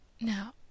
Now